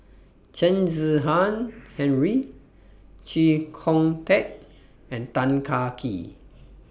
Chen Kezhan Henri Chee Kong Tet and Tan Kah Kee